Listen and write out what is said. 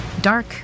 Dark